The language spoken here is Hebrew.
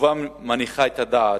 תשובה מניחה את הדעת.